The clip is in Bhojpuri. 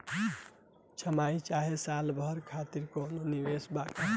छमाही चाहे साल भर खातिर कौनों निवेश बा का?